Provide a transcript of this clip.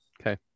Okay